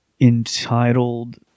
entitled